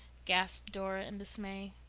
gasped dora in dismay.